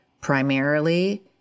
primarily